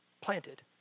Planted